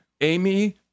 Amy